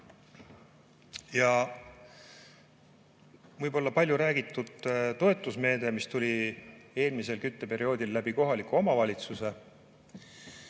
Ja võib-olla palju räägitud toetusmeede, mis tuli eelmisel kütteperioodil kohaliku omavalitsuse